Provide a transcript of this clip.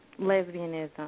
lesbianism